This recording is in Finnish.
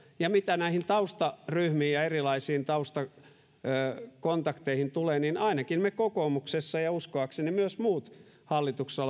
mitä näihin taustaryhmiin ja erilaisiin taustakontakteihin tulee niin ainakin me kokoomuksessa ja ja uskoakseni myös muut hallituksessa